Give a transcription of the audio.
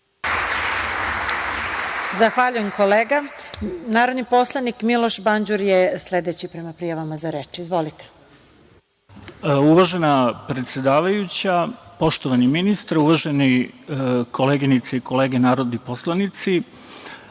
Zahvaljujem, kolega. Narodni poslanik Miloš Banđur je sledeći, prema prijavama za reč. Izvolite. **Miloš Banđur** Uvažena predsedavajuća, poštovani ministre, uvažene koleginice i kolege narodni poslanici,